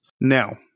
Now